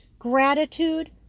gratitude